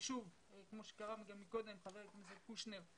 כמו שאמר קודם חבר הכנסת קושניר,